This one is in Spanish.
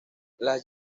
las